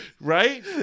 right